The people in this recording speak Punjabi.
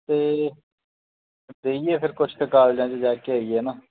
ਅਤੇ ਦੇਈਏ ਫਿਰ ਕੁਛ ਕੁ ਕਾਲਜਾਂ 'ਚ ਜਾ ਕੇ ਆਈਏ ਹੈ ਨਾ